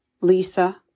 Lisa